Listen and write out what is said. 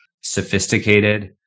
sophisticated